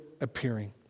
appearing